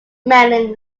mailing